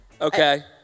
Okay